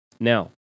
Now